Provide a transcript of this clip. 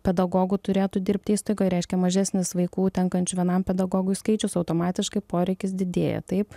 pedagogų turėtų dirbt įstaigoj reiškia mažesnis vaikų tenkančių vienam pedagogui skaičius automatiškai poreikis didėja taip